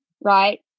right